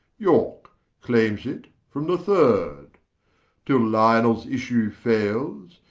yorke claymes it from the third till lionels issue fayles,